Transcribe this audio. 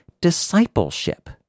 discipleship